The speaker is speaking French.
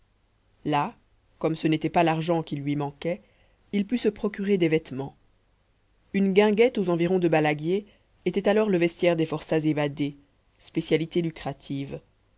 là comme ce n'était pas l'argent qui lui manquait il put se procurer des vêtements une guinguette aux environs de balaguier était alors le vestiaire des forçats évadés spécialité lucrative